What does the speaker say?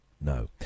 No